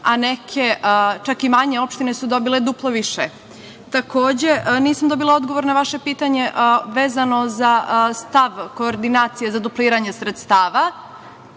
miliona, čak i manje opštine su dobile duplo više? Takođe, nisam dobila odgovor na pitanje vezano za stav koordinacije za dupliranje sredstava.